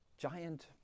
giant